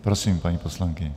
Prosím, paní poslankyně.